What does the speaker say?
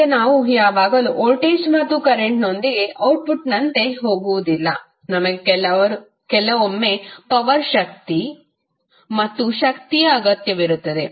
ಈಗ ನಾವು ಯಾವಾಗಲೂ ವೋಲ್ಟೇಜ್ ಮತ್ತು ಕರೆಂಟ್ ನೊಂದಿಗೆ ಔಟ್ಪುಟ್ನಂತೆ ಹೋಗುವುದಿಲ್ಲ ನಮಗೆ ಕೆಲವೊಮ್ಮೆ ಪವರ್ ಶಕ್ತಿ ಮತ್ತು ಶಕ್ತಿಯ ಅಗತ್ಯವಿರುತ್ತದೆ